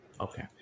Okay